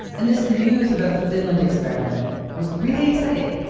and this news about the finland experiment was really exciting.